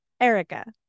Erica